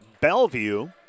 Bellevue